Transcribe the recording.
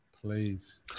Please